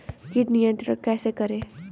कीट नियंत्रण कैसे करें?